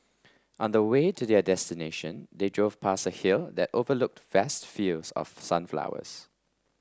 on the way to their destination they drove past a hill that overlooked vast fields of sunflowers